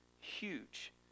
huge